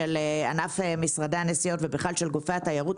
של ענף משרדי הנסיעות ובכלל של גופי התיירות,